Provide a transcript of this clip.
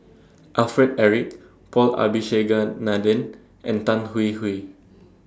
Alfred Eric Paul Abisheganaden and Tan Hwee Hwee